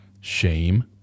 shame